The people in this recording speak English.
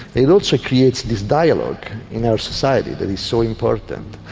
it also creates this dialogue in our society that is so important.